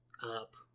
Up